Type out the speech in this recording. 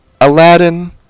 aladdin